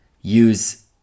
use